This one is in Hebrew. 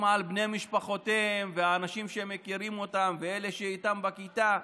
על בני משפחותיהם ועל האנשים שמכירים אותם ואלה שאיתם בכיתה,